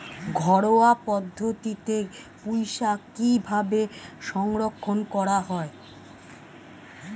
ঘরোয়া পদ্ধতিতে পুই শাক কিভাবে সংরক্ষণ করা হয়?